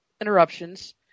interruptions